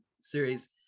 series